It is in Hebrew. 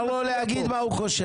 יוסי, מותר לו להגיד מה הוא חושב.